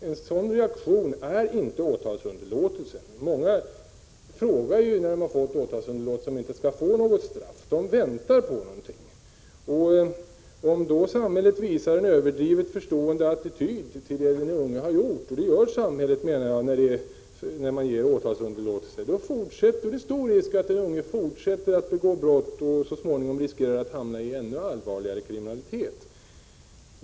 En sådan reaktion är inte åtalsunderlåtelse. Många frågar när de har fått åtalsunderlåtelse om de inte skall få något straff. De väntar sig det. Om samhället då visar en överdrivet förstående attityd till vad den unge har gjort, och det gör samhället när det ger åtalsunderlåtelse, är det stor risk att den unge fortsätter att begå brott. Så småningom riskerar han att hamna i ännu allvarligare kriminalitet.